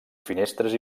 finestres